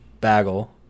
Bagel